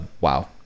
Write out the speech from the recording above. wow